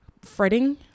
Fretting